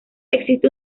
existe